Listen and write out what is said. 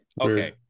Okay